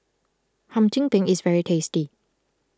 Hum Chim Peng is very tasty